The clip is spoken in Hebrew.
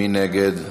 מי נגד?